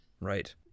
Right